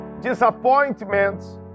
disappointments